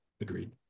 Agreed